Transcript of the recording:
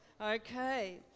okay